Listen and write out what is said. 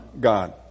God